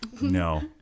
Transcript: No